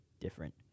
different